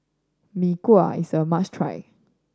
Mee Kuah is a must try